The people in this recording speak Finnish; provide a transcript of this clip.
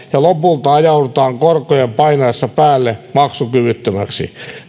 lopulta ajaudutaan korkojen painaessa päälle maksukyvyttömäksi